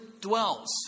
dwells